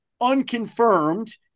unconfirmed